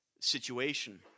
situation